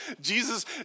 Jesus